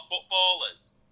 footballers